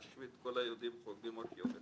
להשמיד ולאבד את כל היהודים חוגגים רק יום אחד.